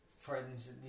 friends